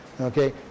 Okay